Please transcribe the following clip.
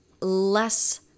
less